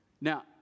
Now